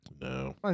no